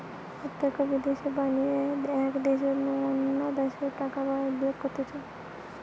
প্রত্যক্ষ বিদ্যাশে বিনিয়োগ এক দ্যাশের নু অন্য দ্যাশে টাকা বিনিয়োগ করতিছে